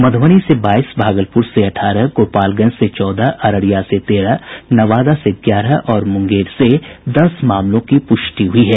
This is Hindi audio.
मध्रबनी से बाईस भागलपुर से अठारह गोपालगंज से चौदह अररिया से तेरह नवादा से ग्यारह और मुंगेर से दस मामलों की प्रष्टि हुई है